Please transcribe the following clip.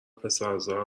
پسرزا